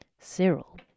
Cyril